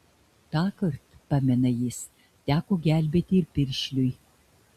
tąkart pamena jis teko gelbėti ir piršliui